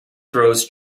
throws